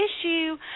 issue